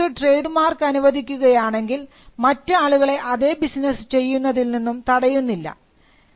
എന്നാൽ ഒരാൾക്ക് ഒരു ട്രേഡ് മാർക്ക് അനുവദിക്കുകയാണെങ്കിൽ മറ്റ് ആളുകളെ അതെ ബിസിനസ് ചെയ്യുന്നതിൽ നിന്നും തടയുന്നില്ല